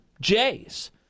Jays